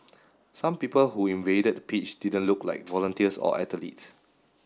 some people who invaded the pitch didn't look like volunteers or athletes